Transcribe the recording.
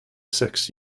sex